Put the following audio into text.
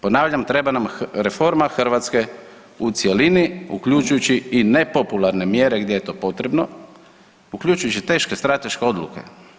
Ponavljam, treba nam reforma Hrvatske u cjelini uključujući i nepopularne mjere gdje je to potrebno, uključujući teške strateške odluke.